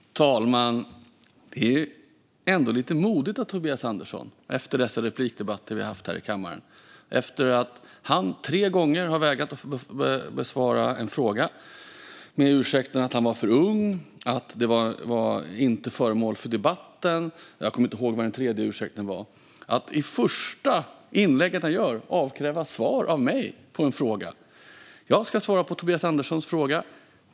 Fru talman! Det är ändå lite modigt av Tobias Andersson att efter de inlägg i debatterna som vi haft här i kammaren, där han tre gånger har vägrat att besvara en fråga med ursäkten att han var för ung, att den inte var föremål för debatten och jag kommer inte ihåg vad den tredje ursäkten var, i sitt första inlägg avkräva svar av mig på en fråga. Jag ska svara på Tobias Anderssons fråga.